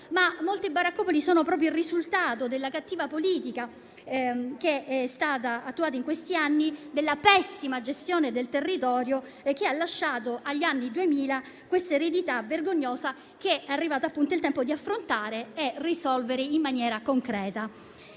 ma molte baraccopoli sono il risultato della cattiva politica che è stata attuata in questi anni, della pessima gestione del territorio che ha lasciato agli anni 2000 questa eredità vergognosa che è arrivato il tempo di affrontare e risolvere in maniera concreta.